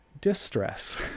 distress